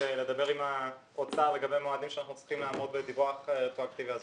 ולדבר עם האוצר לגבי מועדים שאנחנו צריכים לעמוד בדיווח הדירקטיבה הזאת.